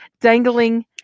dangling